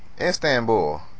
Istanbul